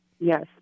Yes